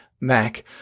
Mac